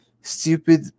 stupid